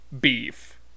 beef